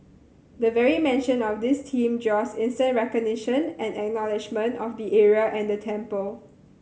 the very mention of this team draws instant recognition and acknowledgement of the area and the temple